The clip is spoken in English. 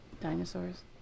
Dinosaurs